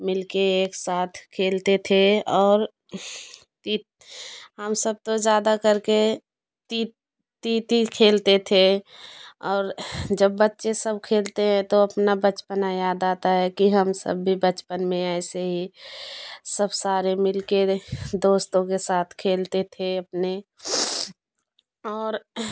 मिलके एक साथ खेलते थे और हम सब तो ज्यादा करके ति तीती खेलते थे और जब बच्चे सब खेलते हैं तो अपना बचपना याद आता है कि हम सब भी बचपन में ऐसे ही सब सारे मिल के दोस्तों के साथ खेलते थे अपने और